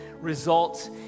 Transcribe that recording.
results